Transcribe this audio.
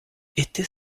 était